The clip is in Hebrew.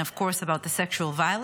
and of course about the sexual violence.